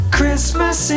Christmas